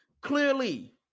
clearly